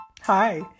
Hi